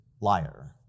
liar